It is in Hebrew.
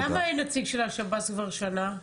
למה אין נציג של השב"ס כבר שנה?